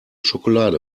schokolade